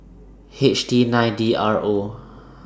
H T nine D R O